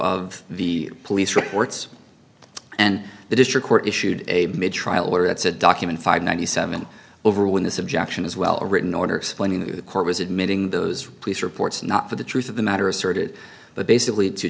of the police reports and the district court issued a trial order it's a document five ninety seven over when this objection is well a written order explaining that the court was admitting those police reports not for the truth of the matter asserted but basically to